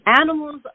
Animals